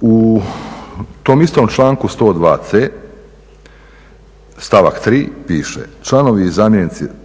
u tom istom članku 102.c stavak 3. piše "Članovi i